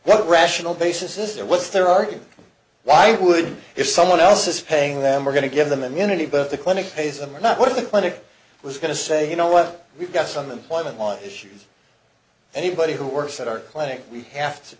what rational basis is there what's their argument why would if someone else is paying them we're going to give them immunity but the clinic pays them or not what the clinic was going to say you know what we've got some employment law issues anybody who works at our clinic we have to